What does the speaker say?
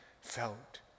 felt